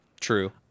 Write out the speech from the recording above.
True